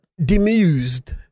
demused